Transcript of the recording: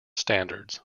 standards